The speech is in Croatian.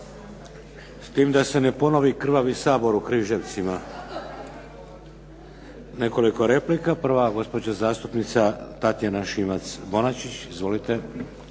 S tim da se ne ponovi krvavi Sabor u Križevcima. Nekoliko replika. Prva, gospođa zastupnica Tatjana Šimac-Bonačić. **Šimac